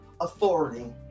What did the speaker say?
authority